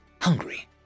hungry